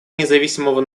независимого